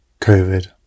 COVID